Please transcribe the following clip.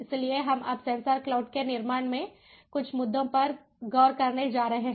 इसलिए हम अब सेंसर क्लाउड के निर्माण में कुछ मुद्दों पर गौर करने जा रहे हैं